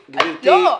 לא.